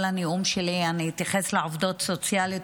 כל הנאום שלי אני אתייחס לעובדות סוציאליות,